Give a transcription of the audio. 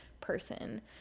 person